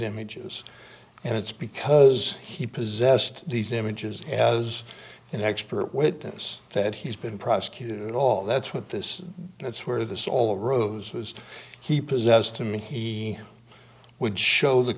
images and it's because he possessed these images as an expert witness that he's been prosecuted at all that's what this that's where this all arose was he possessed to me he show the